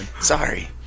Sorry